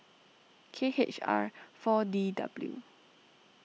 K H R four D W